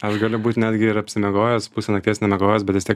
aš galiu būt netgi ir apsimiegojęs pusę nakties nemiegojęs bet vis tiek